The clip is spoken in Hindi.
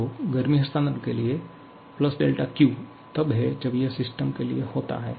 तो गर्मी हस्तांतरण के लिए Q तब है जब यह सिस्टम के लिए होता है